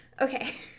Okay